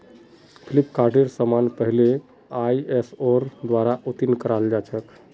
फ्लिपकार्टेर समान पहले आईएसओर द्वारा उत्तीर्ण कराल जा छेक